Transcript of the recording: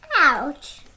Ouch